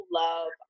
love